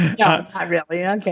yeah ah really. okay,